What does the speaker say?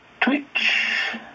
Twitch